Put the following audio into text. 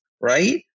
right